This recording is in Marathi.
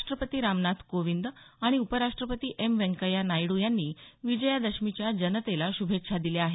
राष्ट्रपती रामनाथ कोविंद आणि उपराष्ट्रपती एम व्यंकय्या नायडू यांनी विजयादशमीच्या जनतेला शुभेच्छा दिल्या आहेत